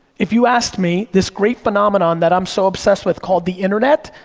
if you asked me, this great phenomenon that i'm so obsessed with called the internet,